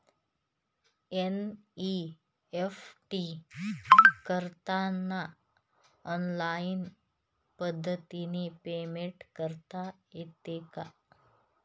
NEFT करताना online पद्धतीने payment करता येते का?